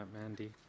Mandy